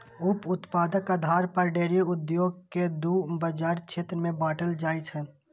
उप उत्पादक आधार पर डेयरी उद्योग कें दू बाजार क्षेत्र मे बांटल जाइ छै